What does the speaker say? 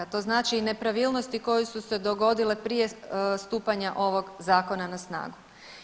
To znači i nepravilnosti koje su se dogodile prije stupanja ovog zakona na snagu.